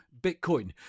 Bitcoin